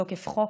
מתוקף חוק,